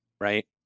right